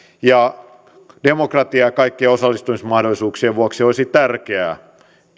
ja demokratian ja kaikkien osallistumismahdollisuuksien vuoksi olisi tärkeää